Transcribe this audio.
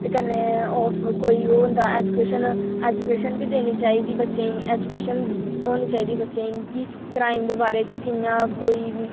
ते कन्नै कोई ओह् होंदा एजूकेशन बी देनी चाहिदी बच्चें ई एजूकेशन होनी चाहिदी की क्राईम दे बारै च कियां कोई